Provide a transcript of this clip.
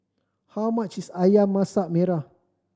how much is Ayam Masak Merah